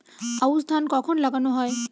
আউশ ধান কখন লাগানো হয়?